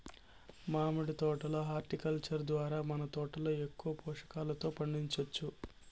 మామిడి తోట లో హార్టికల్చర్ ద్వారా మన తోటలో ఎక్కువ పోషకాలతో పండించొచ్చు